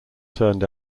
turned